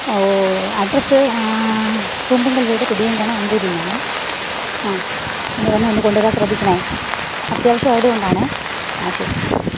ഓ address Thumbunkal വീട് അമ്പൂരി എന്നാണ് ഇന്ന് തന്നെ ഒന്ന് കൊണ്ടുവരാൻ ശ്രദ്ധിക്കണം അത്യാവശ്യം ആയത് കൊണ്ടാണ് ആ ശരി